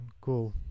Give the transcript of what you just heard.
cool